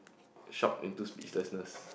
shocked into speechlessness